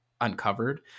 uncovered